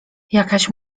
jakaś